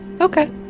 Okay